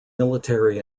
military